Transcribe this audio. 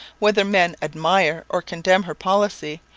whether men admire or condemn her policy,